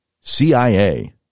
CIA